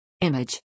Image